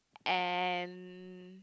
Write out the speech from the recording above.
and